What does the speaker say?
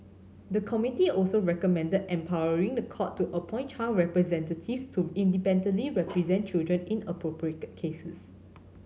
the committee also recommended empowering the court to appoint child representatives to independently represent children in appropriate cases